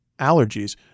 allergies